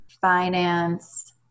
finance